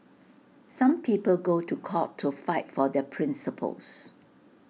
some people go to court to fight for their principles